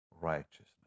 righteousness